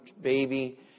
baby